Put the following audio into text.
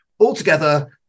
Altogether